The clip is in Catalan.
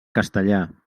castellà